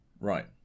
Right